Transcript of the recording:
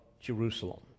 Jerusalem